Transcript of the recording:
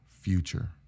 future